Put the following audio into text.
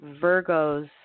Virgo's